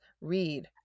read